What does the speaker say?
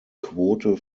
quote